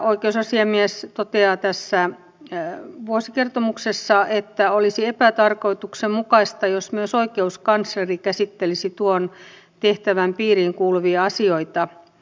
oikeusasiamies toteaa tässä vuosikertomuksessa että olisi epätarkoituksenmukaista jos myös oikeuskansleri käsittelisi tuon tehtävän piiriin kuuluvia asioita